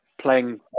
Playing